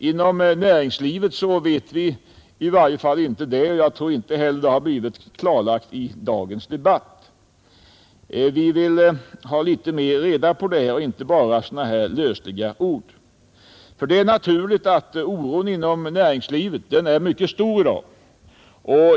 Inom näringslivet vet man i varje fall ytterst litet om vad som finns bakom dessa lösliga ord. Det är naturligt att oron inom näringslivet är stor i dag.